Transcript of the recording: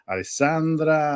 Alessandra